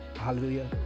Hallelujah